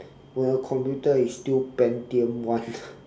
well computer is still pentium [one]